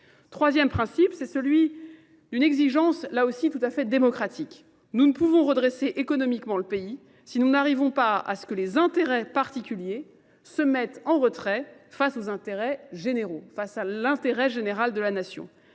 Troisième principe, c'est celui d'une exigence là aussi tout à fait démocratique. Nous ne pouvons redresser économiquement le pays si nous n'arrivons pas à ce que les intérêts particuliers se mettent en retrait face aux intérêts généraux, face à l'intérêt général de la nation.